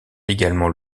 également